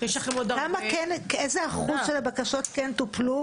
יש לכם עוד הרבה --- איזה אחוז של הבקשות כן טופלו?